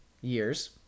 years